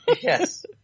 Yes